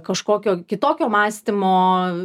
kažkokio kitokio mąstymo